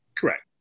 Correct